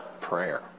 prayer